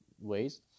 ways